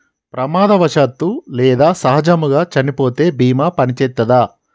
ప్రమాదవశాత్తు లేదా సహజముగా చనిపోతే బీమా పనిచేత్తదా?